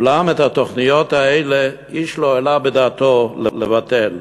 אולם את התוכניות האלה איש לא העלה בדעתו לבטל.